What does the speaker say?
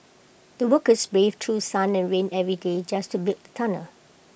the workers braved through sun and rain every day just to build the tunnel